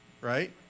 right